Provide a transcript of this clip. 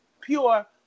pure